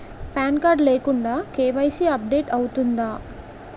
Pan card లేకుండా KYC update అవుతుందా?